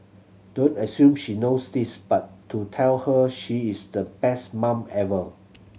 don't assume she knows this but do tell her she is the best mum ever